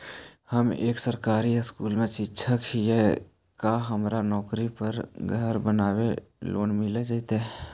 हम एक सरकारी स्कूल में शिक्षक हियै का हमरा नौकरी पर घर बनाबे लोन मिल जितै?